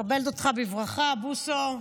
מקבלת אותך בברכה, בוסו.